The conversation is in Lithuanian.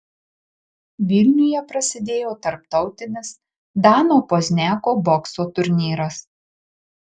vilniuje prasidėjo tarptautinis dano pozniako bokso turnyras